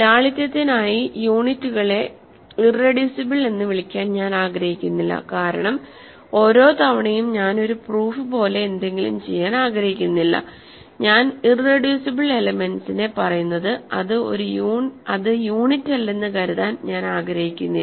ലാളിത്യത്തിനായി യൂണിറ്റുകളെ ഇറെഡ്യുസിബിൾ എന്ന് വിളിക്കാൻ ഞാൻ ആഗ്രഹിക്കുന്നില്ല കാരണം ഓരോ തവണയും ഞാൻ ഒരു പ്രൂഫ് പോലെ എന്തെങ്കിലും ചെയ്യാൻ ആഗ്രഹിക്കുന്നില്ല ഞാൻ ഇറെഡ്യുസിബിൾ എലെമെന്റ്സിനെ പറയുന്നത് അത് യൂണിറ്റല്ലെന്ന് കരുതാൻ ഞാൻ ആഗ്രഹിക്കുന്നില്ല